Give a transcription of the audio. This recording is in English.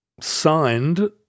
signed